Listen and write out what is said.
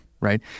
right